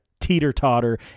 teeter-totter